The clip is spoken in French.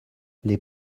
les